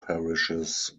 parishes